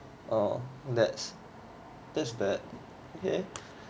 orh that's that's bad